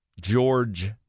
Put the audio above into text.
George